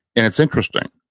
and it's interesting.